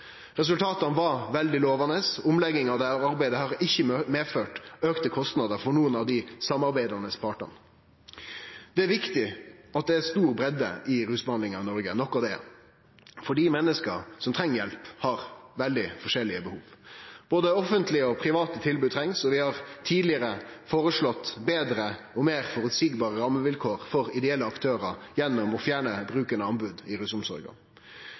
var veldig lovande, og omlegginga av arbeidet har ikkje medført auka kostnader for nokon av dei samarbeidande partane. Det er viktig at det er stor breidde i rusbehandlinga i Noreg, noko det er, fordi menneska som treng hjelp, har veldig forskjellige behov. Både offentlege og private tilbod trengst, og vi har tidlegare foreslått betre og meir føreseielege rammevilkår for ideelle aktørar gjennom å fjerne bruken av anbod i